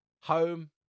home